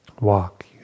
walk